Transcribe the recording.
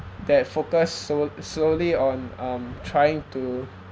that focus sole~ solely on um trying to